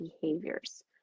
behaviors